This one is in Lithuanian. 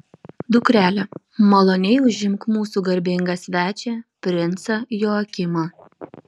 dukrele maloniai užimk mūsų garbingą svečią princą joakimą